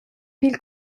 pil